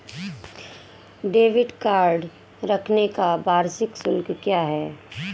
Debit card रखने का वार्षिक शुल्क क्या है?